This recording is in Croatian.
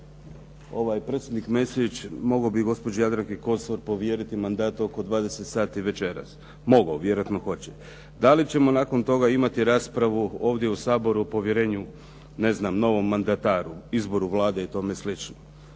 predsjednik Mesić mogao bi gospođi Jadranki Kosor povjeriti mandat oko 20 sati večeras, mogao, vjerojatno hoće. Da li ćemo nakon toga imati raspravu ovdje u Saboru o povjerenju, ne znam, novom mandataru, izboru Vlade i tome